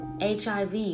HIV